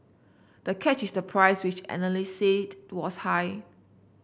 the catch is the price which analysts said was high